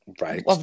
Right